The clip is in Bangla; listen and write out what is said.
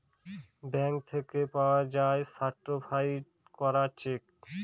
ব্যাঙ্ক থেকে পাওয়া যায় সার্টিফায়েড করা চেক